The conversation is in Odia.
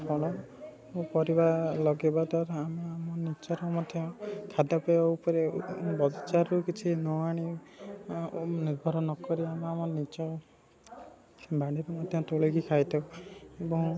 ଫଳ ଓ ପରିବା ଲଗେଇବା ଦ୍ୱାରା ଆମେ ଆମ ନିଜର ମଧ୍ୟ ଖାଦ୍ୟପେୟ ଉପରେ ବଜାରରୁ କିଛି ନ ଆଣି ଓ ନିଘର ନ କରି ଆମେ ଆମ ନିଜ ବାଡ଼ିରୁ ମଧ୍ୟ ତୋଳି କି ଖାଇଥାଉ ଏବଂ